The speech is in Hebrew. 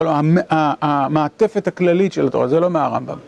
המעטפת הכללית של התורה, זה לא מהרמב״ם.